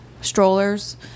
strollers